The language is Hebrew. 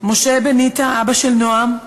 משה בניטה, אבא של נועם,